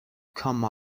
come